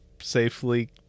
safely